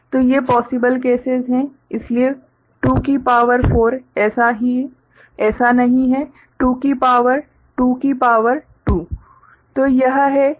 तो ये possible cases हैं इसलिए 2 की पावर 4 ऐसा नहीं है 2 की पावर 2 की पावर2